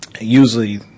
usually